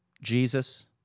Jesus